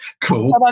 cool